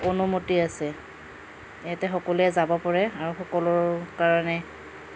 অনুমতি আছে ইয়াতে সকলোৱে যাব পাৰে আৰু সকলোৰ কাৰণে